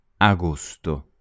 Agosto